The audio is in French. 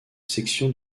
section